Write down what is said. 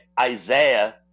Isaiah